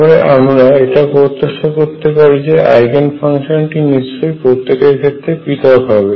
তবে আমরা এটা প্রত্যাশা করতে পারি যে আইগেন ফাংশনটি নিশ্চয়ই প্রত্যেক ক্ষেত্রে পৃথক হবে